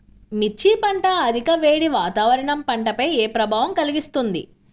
మిర్చి పంట అధిక వేడి వాతావరణం పంటపై ఏ ప్రభావం కలిగిస్తుంది?